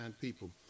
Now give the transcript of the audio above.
people